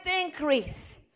increase